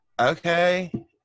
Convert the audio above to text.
Okay